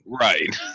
Right